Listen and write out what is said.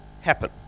happen